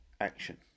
action